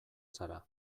zara